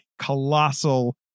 colossal